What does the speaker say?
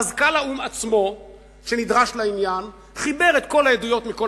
מזכ"ל האו"ם עצמו שנדרש לעניין חיבר את כל העדויות מכל